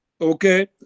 Okay